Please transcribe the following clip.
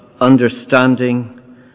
understanding